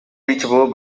reachable